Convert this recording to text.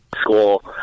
school